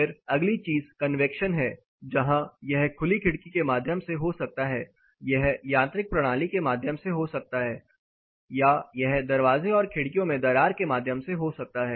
फिर अगली चीज कन्वैक्शन है जहां यह खुली खिड़की के माध्यम से हो सकता है या यह यांत्रिक प्रणाली के माध्यम से हो सकता है या यह दरवाजे और खिड़कियों में दरार के माध्यम से हो सकता है